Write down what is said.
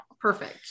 perfect